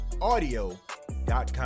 audio.com